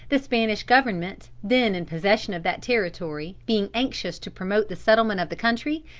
the spanish government, then in possession of that territory, being anxious to promote the settlement of the country,